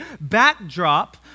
backdrop